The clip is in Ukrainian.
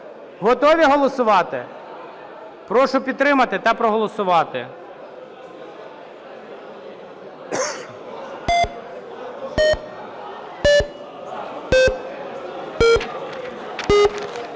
Готові голосувати? Прошу підтримати та проголосувати.